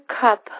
cup